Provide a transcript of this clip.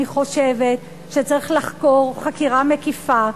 אני חושבת שצריך לחקור חקירה מקיפה,